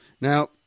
Now